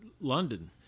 London